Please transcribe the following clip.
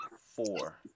four